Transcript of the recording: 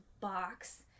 box